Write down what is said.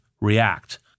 react